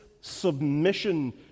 submission